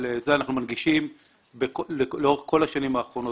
אנחנו מנגישים לאורך כל השנים האחרונות.